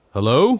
Hello